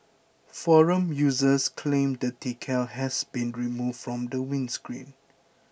forum users claimed the decal has been removed from the windscreen